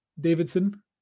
Davidson